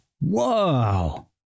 Whoa